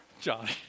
Johnny